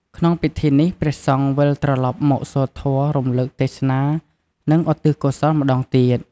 ក្នុងពិធីនេះ ព្រះសង្ឃវិលត្រឡប់មកសូត្រធម៌រលឹក ទេសនា និង ឧទ្ទិសកុសលម្ដងទៀត។